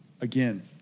again